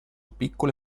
piccole